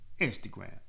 instagram